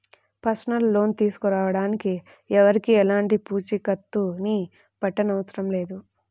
personal loan తీసుకోడానికి ఎవరికీ ఎలాంటి పూచీకత్తుని పెట్టనవసరం లేదు